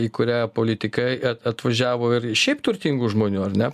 į kurią politikai atvažiavo ir šiaip turtingų žmonių ar ne